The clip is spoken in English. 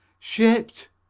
shipped!